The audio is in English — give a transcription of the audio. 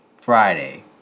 Friday